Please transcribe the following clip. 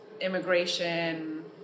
immigration